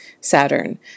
Saturn